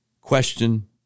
question